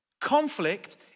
Conflict